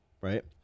right